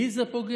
בי זה פוגע.